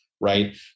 Right